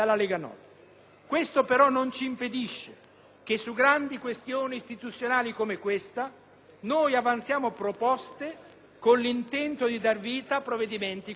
Questo però non ci impedisce, su grandi questioni istituzionali come questa, di avanzare proposte con l'intento di dar vita a provvedimenti condivisi.